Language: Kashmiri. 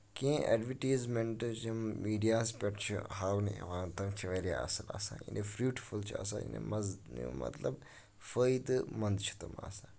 کیٚنہہ ایڈوَٹیٖزمینٹٔس یِم میٖڈیاہَس پٮ۪ٹھ چھِ ہاونہٕ یِوان تِم چھِ واریاہ اَصٕل آسان یعنی فروٗٹفل چھُ آسان یعنی مَزٕ مطلب فٲیدٕ منٛد چھِ تِم آسان